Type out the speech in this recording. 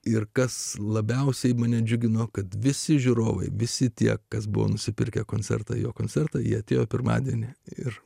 ir kas labiausiai mane džiugino kad visi žiūrovai visi tie kas buvo nusipirkę koncertą jo koncertą į atėjo pirmadienį ir